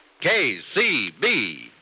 KCB